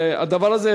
הדבר הזה,